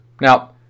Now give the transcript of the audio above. Now